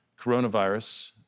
coronavirus